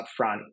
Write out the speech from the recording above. upfront